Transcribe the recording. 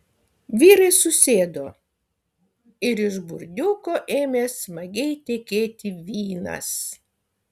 vyrai susėdo ir iš burdiuko ėmė smagiai tekėti vynas